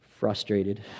frustrated